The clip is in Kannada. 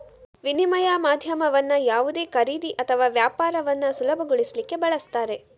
ವಿನಿಮಯ ಮಾಧ್ಯಮವನ್ನ ಯಾವುದೇ ಖರೀದಿ ಅಥವಾ ವ್ಯಾಪಾರವನ್ನ ಸುಲಭಗೊಳಿಸ್ಲಿಕ್ಕೆ ಬಳಸ್ತಾರೆ